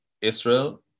Israel